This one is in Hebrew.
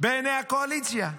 בעיני הקואליציה,